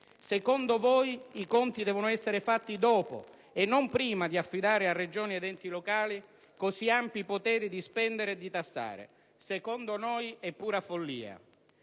Secondo voi i conti devono essere fatti dopo e non prima di affidare a Regioni ed enti locali così ampi poteri di spendere e di tassare: secondo noi è pura follia.